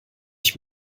ich